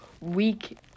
week